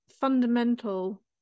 fundamental